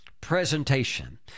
presentation